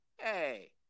hey